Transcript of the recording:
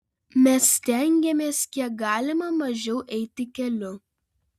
mes stengiamės kiek galima mažiau eiti keliu